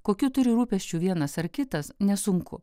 kokių turi rūpesčių vienas ar kitas nesunku